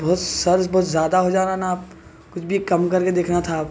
بہت سر بہت زیادہ ہو جا رہا نا آپ کچھ بھی کم کر کے دیکھنا تھا آپ